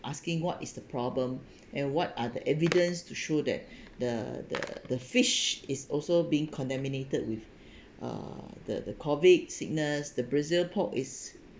asking what is the problem and what are the evidence to show that the the the fish is also being contaminated with uh the the COVID sickness the brazil pork is